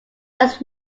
does